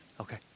Okay